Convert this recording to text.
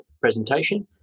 presentation